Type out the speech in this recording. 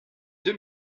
deux